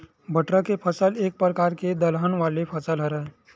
बटरा के फसल एक परकार के दलहन वाले फसल हरय